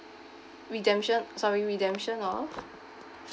redemption sorry redemption of